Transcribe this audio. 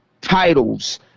titles